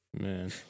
Man